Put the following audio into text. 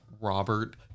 Robert